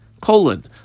Colon